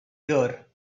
here